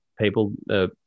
people